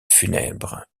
funèbres